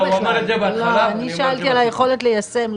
אני שאלתי על היכולת ליישם.